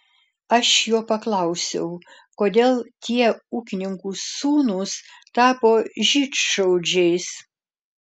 aš jo paklausiau kodėl tie ūkininkų sūnūs tapo žydšaudžiais